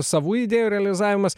savų idėjų realizavimas